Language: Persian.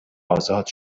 آزاد